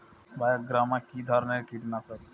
বায়োগ্রামা কিধরনের কীটনাশক?